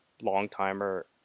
long-timer